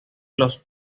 los